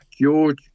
George